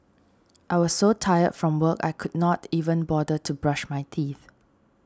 I was so tired from work I could not even bother to brush my teeth